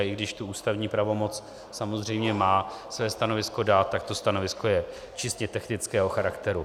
A i když tu ústavní pravomoc samozřejmě má své stanovisko dát, tak to stanovisko je čistě technického charakteru.